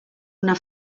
una